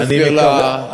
אולי תסביר ליושב-ראש.